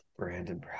Brandon